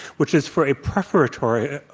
which is for a prefatory